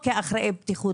או כאחראי בטיחות,